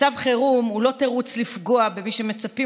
מצב חירום הוא לא תירוץ לפגוע במי שמצפים